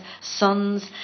sons